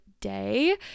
day